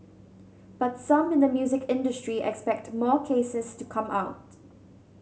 but some in the music industry expect more cases to come out